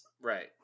Right